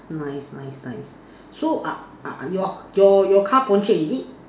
nice nice nice so uh uh your your your car is it